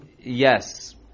Yes